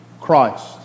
Christ